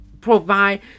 Provide